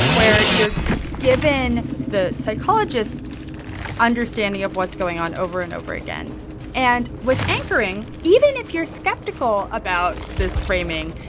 where you're given the psychologist's understanding of what's going on over and over again and with anchoring, even if you're skeptical about this framing,